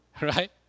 right